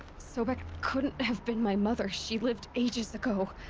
sobeck. couldn't have been my mother, she lived ages ago.